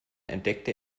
entdeckte